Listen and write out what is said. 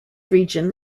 region